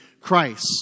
Christ